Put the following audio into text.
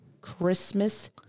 christmas